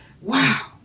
Wow